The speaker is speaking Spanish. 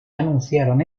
anunciaron